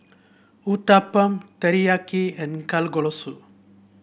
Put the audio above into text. Uthapam Teriyaki and Kalguksu